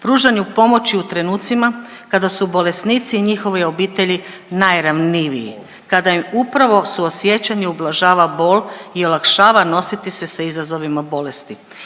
pružanju pomoći u trenucima kada su bolesnici i njihove obitelji najranjiviji, kada im upravo suosjećanje ublažava bol i olakšava nositi se sa izazovima bolesti.